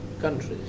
countries